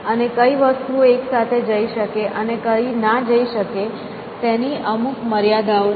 અને કઈ વસ્તુઓ એક સાથે જઈ શકે અને કઈ ના જઈ શકે તેની અમુક મર્યાદાઓ છે